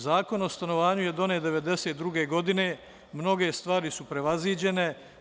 Zakon o stanovanju je donet 1992. godine, mnoge stvari su prevaziđene.